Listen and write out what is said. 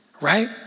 right